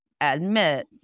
admit